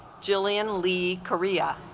jillian lee korea